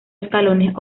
escalones